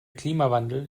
klimawandel